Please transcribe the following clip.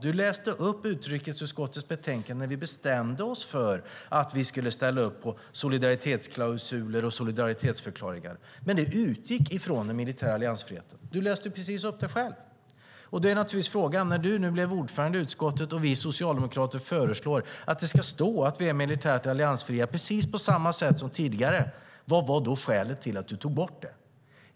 Du läste upp utrikesutskottets betänkande när vi bestämde oss för att vi skulle ställa upp på solidaritetsklausuler och solidaritetsförklaringar. Det utgick dock från den militära alliansfriheten. Du läste precis upp det själv. Frågan är naturligtvis: När du nu blev ordförande i utskottet och vi socialdemokrater föreslår att det precis på samma sätt som tidigare ska stå att vi är militärt alliansfria - vad var skälet till att du tog bort det?